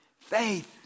faith